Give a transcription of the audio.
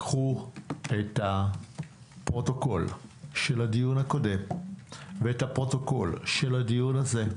קחו את הפרוטוקול של הדיון הקודם ואת הפרוטוקול של הדיון הזה,